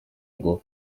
ngo